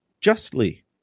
justly